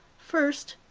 first,